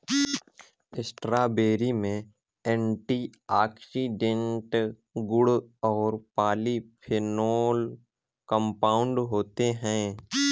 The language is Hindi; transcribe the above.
स्ट्रॉबेरी में एंटीऑक्सीडेंट गुण और पॉलीफेनोल कंपाउंड होते हैं